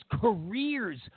careers